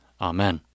Amen